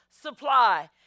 supply